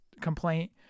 complaint